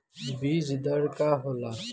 बीज दर का होला?